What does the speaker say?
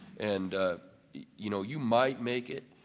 and you know you might make it,